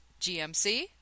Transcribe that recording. gmc